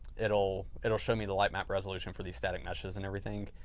it'll it'll show me the lightmap resolution for these static meshes and everything.